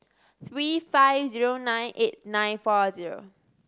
three five zero nine eight nine four zero